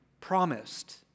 promised